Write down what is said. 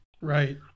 Right